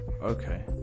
okay